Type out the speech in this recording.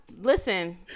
listen